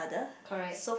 correct